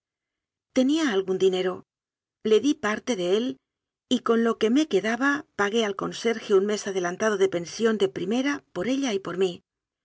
tenía algún dine ro le di parte de él y con lo que me quedaba pa gué al conserje un mes adelantado de pensión de primera por ella y por mí